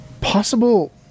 possible